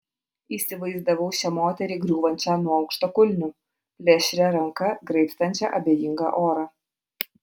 įsivaizdavau šią moterį griūvančią nuo aukštakulnių plėšria ranka graibstančią abejingą orą